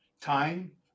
Time